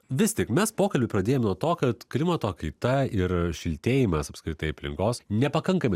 vis tik mes pokalbį pradėjom nuo to kad klimato kaita ir šiltėjimas apskritai aplinkos nepakankamai